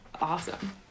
awesome